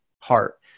heart